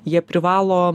jie privalo